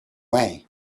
way